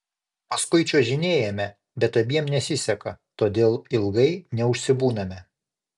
paskui čiuožinėjame bet abiem nesiseka todėl ilgai neužsibūname